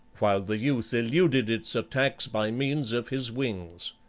while the youth eluded its attacks by means of his wings.